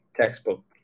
Textbook